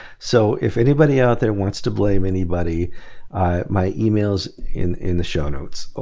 so if anybody out there wants to blame anybody my email's in in the show notes. oh,